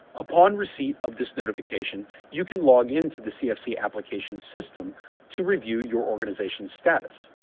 upon receipt of this notification, you can login to the cfc application system to review your organization's status.